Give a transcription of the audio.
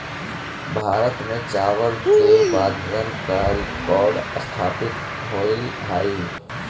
भारत में चावल के उत्पादन का रिकॉर्ड स्थापित होइल हई